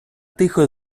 тихо